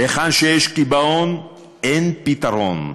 היכן שיש קיבעון אין פתרון.